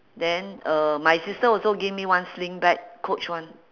then uh my sister also give me one sling bag coach one